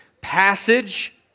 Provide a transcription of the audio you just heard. passage